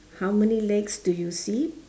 how many legs do you see